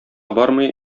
бармый